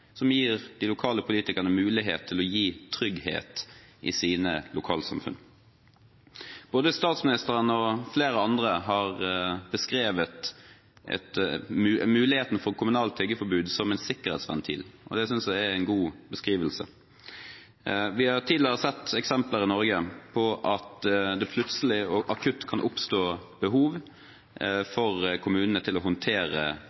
som gir de lokale politikerne mulighet til å gi trygghet i sine lokalsamfunn. Både statsministeren og flere andre har beskrevet muligheten for kommunalt tiggeforbud som en sikkerhetsventil. Det synes jeg er en god beskrivelse. Vi har tidligere sett eksempler i Norge på at det plutselig og akutt kan oppstå behov for kommunene for å håndtere